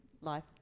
life